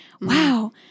wow